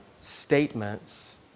statements